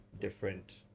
different